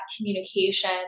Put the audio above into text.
communication